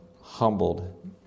humbled